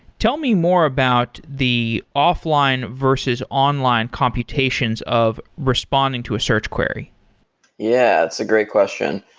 tell me more about the offline versus online computations of responding to a search query yeah, it's a great question.